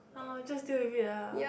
orh just deal with it lah